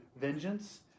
vengeance